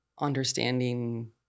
understanding